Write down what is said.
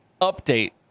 Update